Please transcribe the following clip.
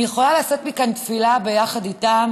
אני יכולה לשאת מכאן תפילה ביחד איתם